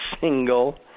single